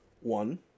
One